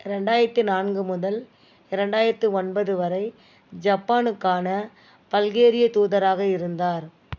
ரெண்டாயிரத்து நான்கு முதல் ரெண்டாயிரத்து ஒன்பது வரை ஜப்பானுக்கான பல்கேரிய தூதராக இருந்தார்